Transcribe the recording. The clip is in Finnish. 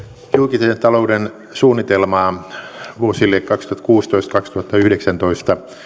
julkisen talouden suunnitelmaa vuosille kaksituhattakuusitoista viiva kaksituhattayhdeksäntoista